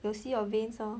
you see your veins lor